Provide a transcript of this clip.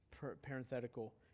parenthetical